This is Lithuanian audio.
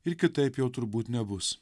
ir kitaip jau turbūt nebus